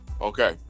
Okay